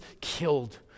killed